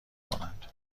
کنند